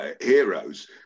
heroes